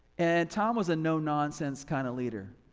and tom was a no nonsense kind of leader.